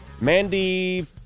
Mandy